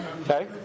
Okay